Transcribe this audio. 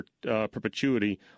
perpetuity